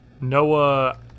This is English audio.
Noah